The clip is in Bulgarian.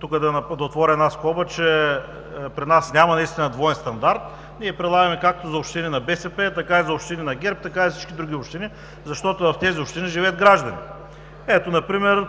тук да отваря една скоба, при нас наистина няма двоен стандарт. Ние предлагаме както за общини на БСП, така и за общини на ГЕРБ, така и за всички други общини, защото в тези общини живеят граждани. Ето, например